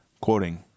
quoting